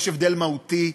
יש הבדל מהותי.